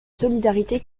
solidarité